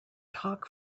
talk